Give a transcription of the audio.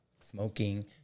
smoking